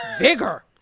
vigor